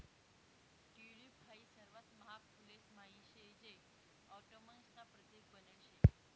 tulip हाई सर्वात महाग फुलेस म्हाईन शे जे ऑटोमन्स ना प्रतीक बनेल शे